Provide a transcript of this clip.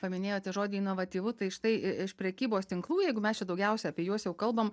paminėjote žodį inovatyvu tai štai iš prekybos tinklų jeigu mes čia daugiausia apie juos jau kalbam